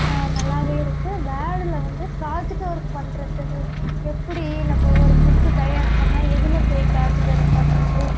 நல்லாவே இருக்குது வேர்டில் வந்து ப்ராஜெக்ட் ஒர்க் பண்ணுறத்துக்கு எப்படி நம்ப ஒரு புக்கு தயார் பண்ணிணா எதில் போய் ப்ராஜெக்ட் ஒர்க் பண்ணுறது